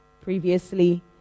previously